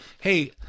Hey